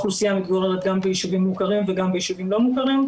האוכלוסייה מתגוררת גם בישובים מוכרים וגם בישובים לא מוכרים,